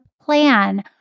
plan